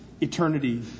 eternity